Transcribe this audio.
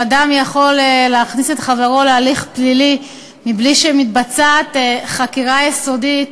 שאדם יכול להכניס את חברו להליך פלילי מבלי שמתבצעת חקירה יסודית,